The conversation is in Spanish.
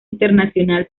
internacional